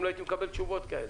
אם לא הייתי מקבל תשובות כאלה.